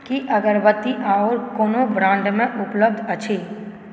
की अगरबत्ती आओर कोनो ब्रांडमे उपलब्ध अछि